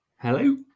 hello